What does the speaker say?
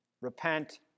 repent